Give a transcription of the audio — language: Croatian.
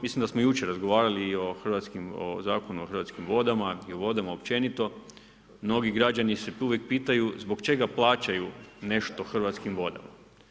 Mislim da smo jučer razgovarali o Zakonu o hrvatskim vodama i o vodama općenito, mnogi građani se uvijek pitaju zbog čega plaćaju nešto Hrvatskim vodama.